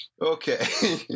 Okay